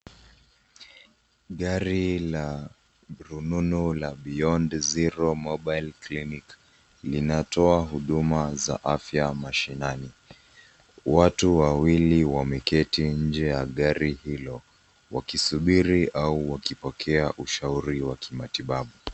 Gari la rununu la beyond zero mobile clinic linatoa huduma za afya mashinani. Watu wawili wameketi nje ya gari hilo wakisubiri au wakipokea ushauri wa kimatibabu.